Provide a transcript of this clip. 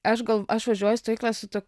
aš gal aš važiuoju į stovyklą su to